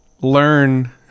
learn